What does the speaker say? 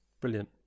Brilliant